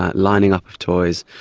ah lining up of toys,